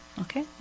Okay